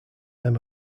them